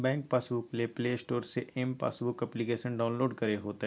bank passbook ले Play Store से M passbook application download करे होतो